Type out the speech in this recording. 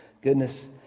goodness